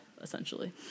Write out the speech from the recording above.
essentially